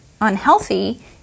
unhealthy